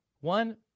one